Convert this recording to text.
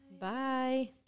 Bye